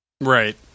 Right